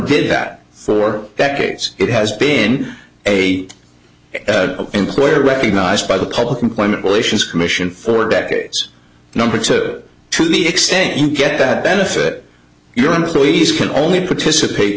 did that for decades it has been a employer recognized by the public employment relations commission for decades number to to the extent you get that benefit your employees can only